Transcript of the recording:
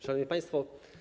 Szanowni Państwo!